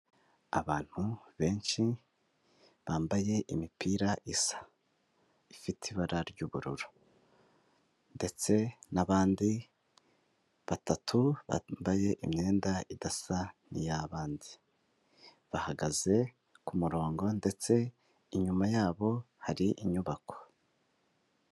Abantu benshi bambaye imipira isa, ifite ibara ry'ubururu ndetse n'abandi batatu bambaye imyenda idasa n'iy'abandi bahagaze ku murongo ndetse inyuma yabo hari inyubako.